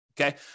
okay